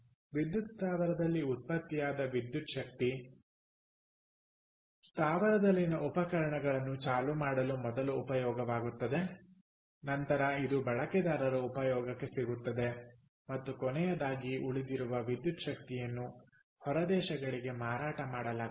ವಿದ್ಯುತ್ ಸ್ಥಾವರದಲ್ಲಿ ಉತ್ಪತ್ತಿಯಾದ ವಿದ್ಯುಚ್ಛಕ್ತಿ ಸ್ಥಾವರದಲ್ಲಿನ ಉಪಕರಣಗಳನ್ನು ಚಾಲೂ ಮಾಡಲು ಮೊದಲು ಉಪಯೋಗವಾಗುತ್ತದೆ ನಂತರ ಇದು ಬಳಕೆದಾರರ ಉಪಯೋಗಕ್ಕೆ ಸಿಗುತ್ತದೆ ಮತ್ತು ಕೊನೆಯದಾಗಿ ಉಳಿದಿರುವ ವಿದ್ಯುಚ್ಛಕ್ತಿಯನ್ನು ಹೊರದೇಶಗಳಿಗೆ ಮಾರಾಟ ಮಾಡಲಾಗುತ್ತದೆ